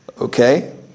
Okay